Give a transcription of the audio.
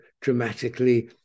dramatically